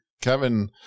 kevin